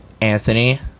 Anthony